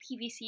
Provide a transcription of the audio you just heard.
PVC